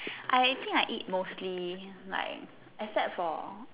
I think I eat mostly like except for